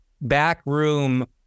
backroom